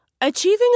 Achieving